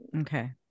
Okay